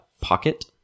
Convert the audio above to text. Pocket